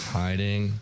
hiding